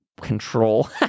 control